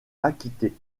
acquittés